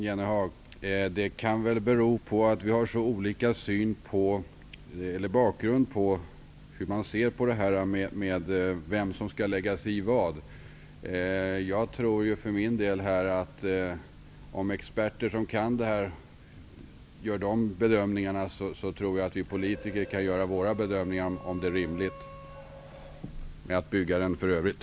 Herr talman! Vi har olika syn på vem som skall lägga sig i vad, Jan Jennehag. Om experter som kan dessa frågor gör sina bedömningar, tror jag för min del att vi politiker kan göra våra bedömningar av om det är rimligt att bygga bron.